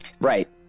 Right